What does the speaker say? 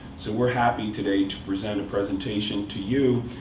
so we're happy, today, to present a presentation to you,